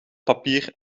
papier